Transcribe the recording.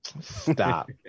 Stop